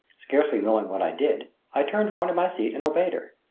scarcely knowing what i did, i turned round in my seat and obeyed her.